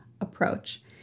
approach